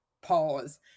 pause